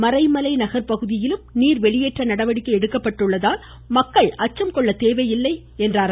மறைமலை நகர் பகுதியிலும் நீர் வெளியேற்ற நடவடிக்கை எடுக்கப்பட்டுள்ளதால் மக்கள் அச்சம் கொள்ள தேவையில்லை என்றார்